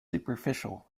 superficial